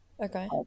okay